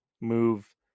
move